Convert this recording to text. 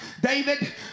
David